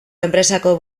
enpresako